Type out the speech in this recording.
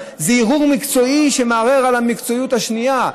זה ערעור מקצועי שמערער על המקצועיות השנייה.